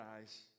eyes